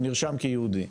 הוא נרשם כיהודי.